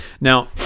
now